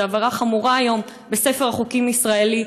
זו עבירה חמורה היום בספר החוקים הישראלי,